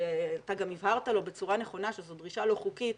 שאתה גם הבהרת לו בצורה נכונה שזו דרישה לא חוקית,